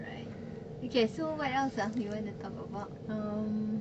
right okay so what else ah do you want to talk about um